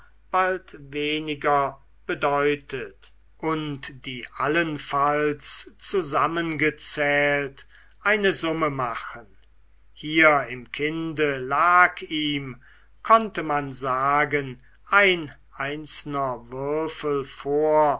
bald weniger bedeutet und die allenfalls zusammengezählt eine summe machen hier im kinde lag ihm konnte man sagen ein einzelner würfel vor